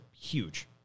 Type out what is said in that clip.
huge